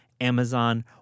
Amazon